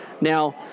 now